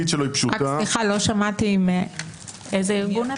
סליחה, לא שמעתי מאיזה ארגון אתם.